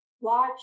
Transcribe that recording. Watch